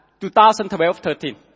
2012-13